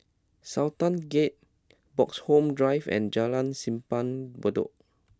Sultan Gate Bloxhome Drive and Jalan Simpang Bedok